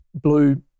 blue